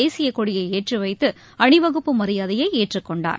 தேசியக்கொடியை ஏற்றிவைத்து அணிவகுப்பு மரியாதையை ஏற்றுக்கொண்டார்